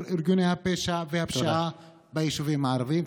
ארגוני הפשע והפשיעה ביישובים הערביים.